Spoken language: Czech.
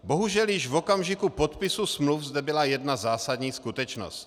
Bohužel již v okamžiku podpisu smluv zde byla jedna zásadní skutečnost.